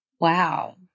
wow